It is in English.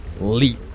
leap